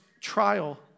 trial